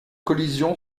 collision